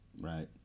Right